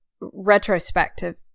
retrospective